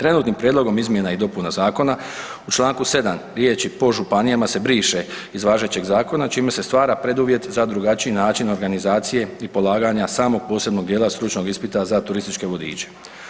Prenutnim prijedlogom izmjena i dopuna zakona u čl. 7 riječi „po županijama“ se briše iz važećeg zakona čime se stvara preduvjet za drugačiji način organizacije i polaganja samog posebnog dijela stručnog ispita za turističke vodiče.